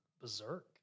berserk